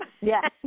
Yes